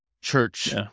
church